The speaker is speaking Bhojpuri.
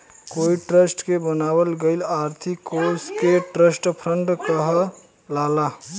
कोई ट्रस्ट के बनावल गईल आर्थिक कोष के ट्रस्ट फंड कहाला